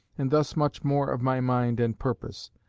and thus much more of my mind and purpose.